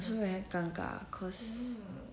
I feel very 尴尬 cause